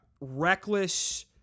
reckless